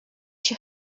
się